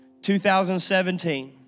2017